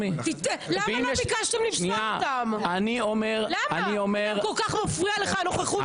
למה לא ביקשתם לפסול אותם אם כל כך מפריעה לכם הנוכחות שלו?